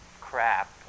crap